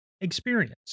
experience